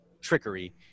trickery